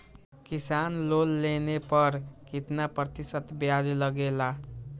किसान लोन लेने पर कितना प्रतिशत ब्याज लगेगा?